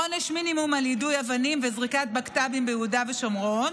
עונש מינימום על יידוי אבנים וזריקת בקת"בים ביהודה ושומרון,